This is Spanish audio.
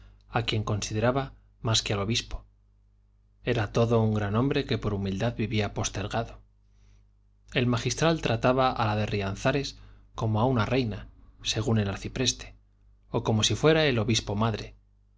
a quien consideraba más que al obispo era todo un gran hombre que por humildad vivía postergado el magistral trataba a la de rianzares como a una reina según el arcipreste o como si fuera el